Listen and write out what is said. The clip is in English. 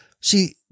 See